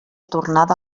tornada